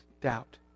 doubt